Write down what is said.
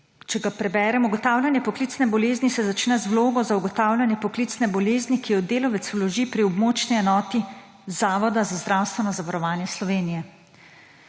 če ga preberem: »Ugotavljanje poklicne bolezni se začne z vlogo za ugotavljanje poklicne bolezni, ki jo delavec vloži pri območni enoti Zavoda za zdravstveno zavarovanje Slovenije.«